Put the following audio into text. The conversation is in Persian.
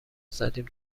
زدیم